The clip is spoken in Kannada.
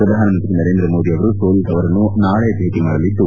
ಪ್ರಧಾನಮಂತ್ರಿ ನರೇಂದ್ರ ಮೋದಿ ಅವರು ಸೋಲಿಹ್ ಅವರನ್ನು ನಾಳೆ ಭೇಟ ಮಾಡಲಿದ್ದು